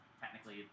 technically